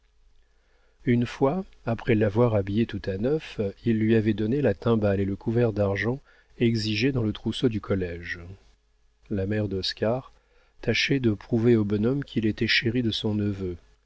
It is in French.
une fois après l'avoir habillé tout à neuf il lui avait donné la timbale et le couvert d'argent exigés dans le trousseau du collége la mère d'oscar tâchait de prouver au bonhomme qu'il était chéri de son neveu